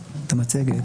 אדוני.